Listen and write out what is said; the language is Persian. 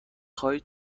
خواهید